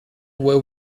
were